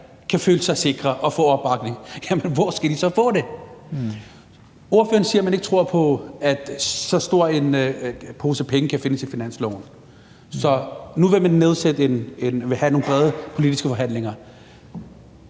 kan føle sig sikre og få opbakning, hvor skal de så få det? Ordføreren siger, at han ikke tror på, at en så stor pose penge kan findes på finansloven, så nu vil man have nogle brede politiske forhandlinger.